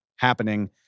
happening